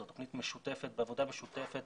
זו תוכנית משותפת בעבודה משותפת